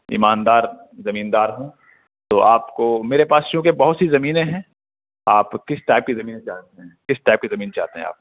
ایماندار زمین دار ہوں تو آپ کو میرے پاس چوںکہ بہت سی زمینیں ہیں آپ کس ٹائپ کی زمینیں جانتے ہیں کس ٹائپ کی زمین چاہتے ہیں آپ